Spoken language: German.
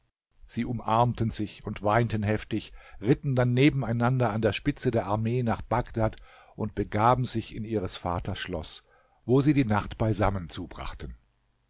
sie umarmten sich und weinten heftig ritten dann nebeneinander an der spitze der armee nach bagdad und begaben sich in ihres vaters schloß wo sie die nacht beisammen zubrachten